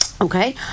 okay